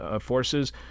forces